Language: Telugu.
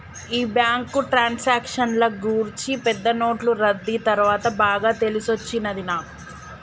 ఈ బ్యాంకు ట్రాన్సాక్షన్ల గూర్చి పెద్ద నోట్లు రద్దీ తర్వాత బాగా తెలిసొచ్చినది నాకు